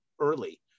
early